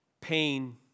pain